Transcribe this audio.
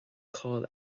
cáil